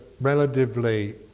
relatively